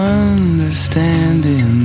understanding